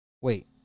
wait